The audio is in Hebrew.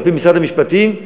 על-פי משרד המשפטים,